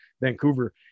Vancouver